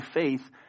faith